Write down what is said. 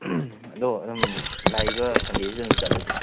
ꯑꯗꯣ ꯑꯗꯨꯝ ꯂꯥꯛꯏꯕ ꯁꯟꯗꯦꯁꯤꯗ ꯑꯗꯨꯝ ꯆꯠꯂꯁꯦ